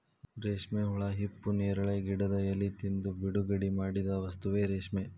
ರೇಶ್ಮೆ ಹುಳಾ ಹಿಪ್ಪುನೇರಳೆ ಗಿಡದ ಎಲಿ ತಿಂದು ಬಿಡುಗಡಿಮಾಡಿದ ವಸ್ತುವೇ ರೇಶ್ಮೆ